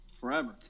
forever